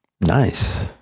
Nice